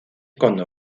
cuándo